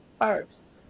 first